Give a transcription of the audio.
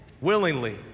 willingly